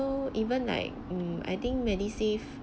even like mm I think MediSave